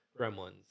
gremlins